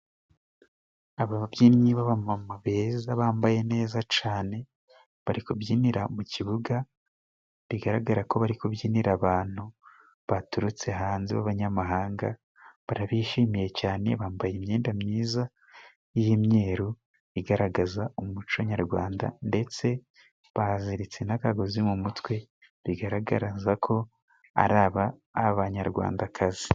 Aba babyinnyi b' abamama beza bambaye neza cane. Bari kubyinira mu kibuga bigaragara ko bari kubyinira abantu baturutse hanze b'abanyamahanga. Barabishimiye cyane, bambaye imyenda myiza y'imyeru, igaragaza umuco nyarwanda ndetse baziritse n'akagozi mu mutwe, bigaragaraza ko ari aba Abanyarwandakazi.